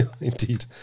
Indeed